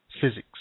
physics